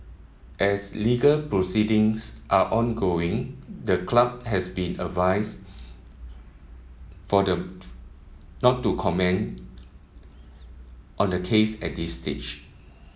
as legal proceedings are ongoing the club has been advised for the not to comment on the case at this stage